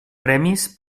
premis